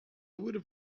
would